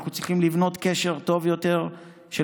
אנחנו צריכים לבנות קשר טוב יותר של